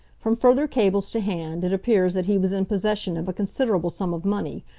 from further cables to hand, it appears that he was in possession of a considerable sum of money,